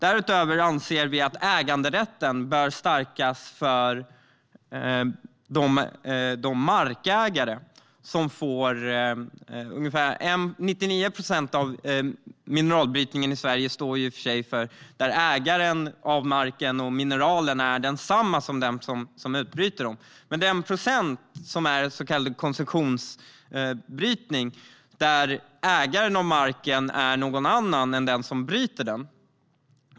Därutöver anser vi att äganderätten bör stärkas för markägare. När det gäller ungefär 99 procent av mineralbrytningen i Sverige är i och för sig ägaren av marken och mineralen densamma som den som bryter den. Men 1 procent är så kallad koncessionsbrytning, där ägaren av marken är någon annan än den som bryter den.